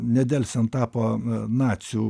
nedelsiant tapo nacių